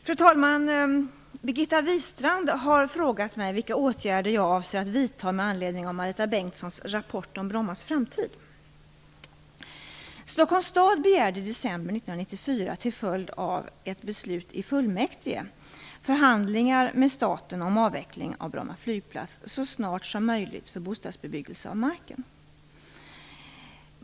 Fru talman! Birgitta Wistrand har frågat mig vilka åtgärder jag avser att vidta med anledning av Marita Stockholms stad begärde i december 1994, till följd av ett beslut i fullmäktige, förhandlingar med staten om avveckling av Bromma flygplats så snart som möjligt för bostadsbebyggelse på marken.